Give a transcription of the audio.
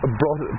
brought